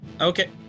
Okay